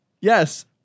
Yes